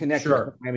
Sure